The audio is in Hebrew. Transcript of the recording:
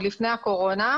עוד לפני הקורונה,